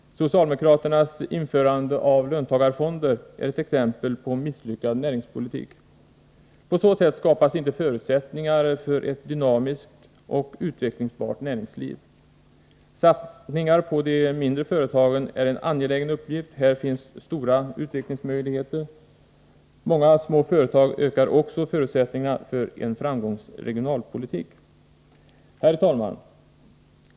Socialdemokraternas införande av löntagarfonder är ett exempel på misslyckad näringspolitik. På det sättet skapas inte förutsättningar för ett dynamiskt och utvecklingsbart näringsliv. Satsningar på de mindre företagen är en angelägen uppgift. Här finns stora utvecklingsmöjligheter. Många små företag ökar också förutsättningarna för en framgångsrik regionalpolitik. Herr talman!